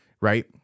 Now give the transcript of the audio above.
right